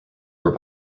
were